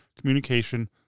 Communication